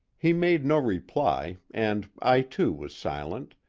he made no reply, and i too was silent,